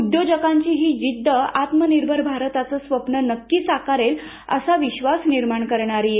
उद्योजकांची ही जिद्द आत्मनिर्भर भारताचं स्वप्न नक्की साकारेल असा विश्वास निर्माण करणारी आहे